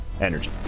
energy